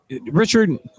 Richard